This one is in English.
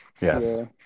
Yes